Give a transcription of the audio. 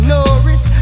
Norris